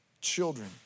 children